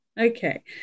Okay